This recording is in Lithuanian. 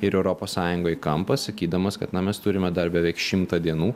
ir europos sąjungą į kampą sakydamas kad na mes turime dar beveik šimtą dienų